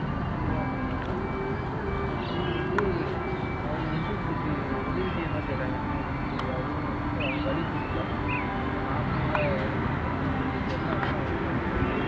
அவங்க ஒரு குழுவாக வந்திருந்தாங்க அந்த குழு வந்து அவங்க வந்து எங்களுக்கு உதவி செய்யுமாறு கேட்டாங்க அவங்களுக்கு யாரோ ஒருத்தருக்கு அவங் வழி தெரியல அந்த நான் போகிற இடத்துக்கு வந்து அவருக்கு வழி தெரில அதனால அவனுக்கு ஹெல்ப் பண்ணிணோம்